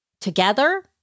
together